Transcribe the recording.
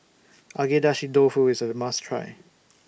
Agedashi Dofu IS A must Try